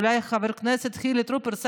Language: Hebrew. אולי חבר כנסת חילי טרופר,